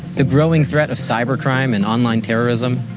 the growing threat of cybercrime and online terrorism.